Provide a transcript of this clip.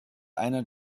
einer